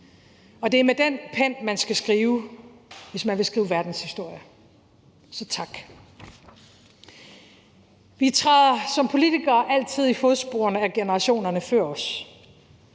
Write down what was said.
Det er med den pen, man skal skrive, hvis man vil skrive verdenshistorie. Så tak for det. Vi træder som politikere altid i fodsporene af generationerne før os.